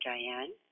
Diane